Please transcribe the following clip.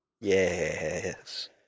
Yes